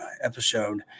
episode